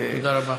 תודה רבה.